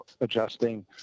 adjusting